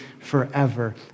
forever